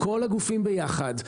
כל הגופים ביחד,